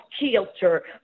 kilter